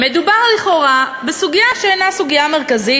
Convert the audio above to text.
מדובר לכאורה בסוגיה שאינה סוגיה מרכזית.